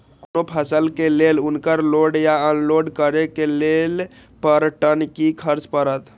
कोनो फसल के लेल उनकर लोड या अनलोड करे के लेल पर टन कि खर्च परत?